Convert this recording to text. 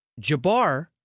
Jabbar